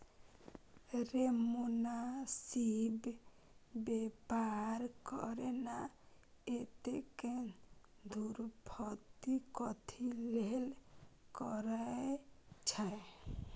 रे मोनासिब बेपार करे ना, एतेक धुरफंदी कथी लेल करय छैं?